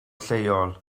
lleol